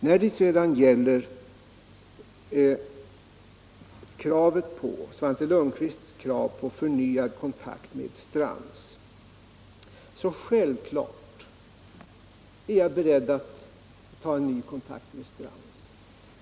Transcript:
Svante Lundkvist kräver att jag skall ta förnyad kontakt med Strands. Självfallet är jag beredd att ta en ny kontakt med Strands.